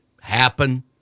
happen